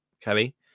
Kelly